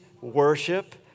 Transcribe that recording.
worship